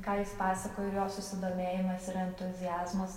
ką jis pasakojo jo susidomėjimas ir entuziazmas